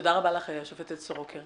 תודה רבה לך השופטת סורוקר.